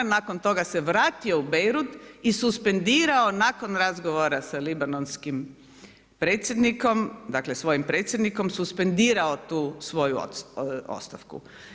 Nakon toga se vratio u Beirut i suspendirao nakon razgovora sa libanonskim predsjednikom, dakle svojim predsjednikom suspendirao tu svoju ostavku.